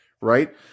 Right